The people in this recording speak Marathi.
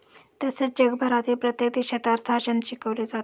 तसेच जगभरातील प्रत्येक देशात अर्थार्जन शिकवले जाते